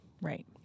Right